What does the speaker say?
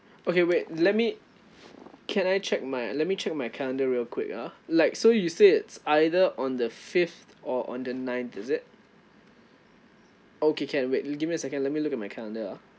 okay wait let me can I check my let me check my calendar real quick ah like so you said it's either on the fifth or on the ninth is it okay can wait give me a second let me look at my calendar ah